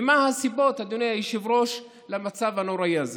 ומה הסיבות, אדוני היושב-ראש, למצב הנוראי הזה?